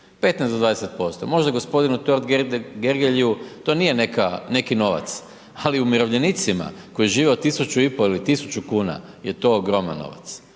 do 20%, možda g. Totgergeliju to nije neki novac, ali umirovljenicima koji žive od 1.500,00 ili 1.000,00 kn je to ogroman novac.